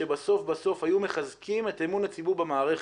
שבסוף בסוף היו מחזקים את אמון הציבור במערכת.